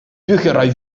bücherei